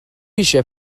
eisiau